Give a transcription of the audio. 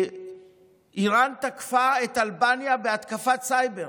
איראן תקפה את אלבניה בהתקפת סייבר